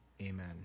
Amen